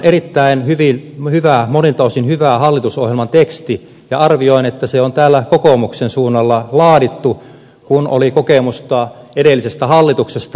meillä on monilta osin erittäin hyvä hallitusohjelman teksti ja arvioin että se on täällä kokoomuksen suunnalla laadittu kun oli kokemusta edellisestä hallituksesta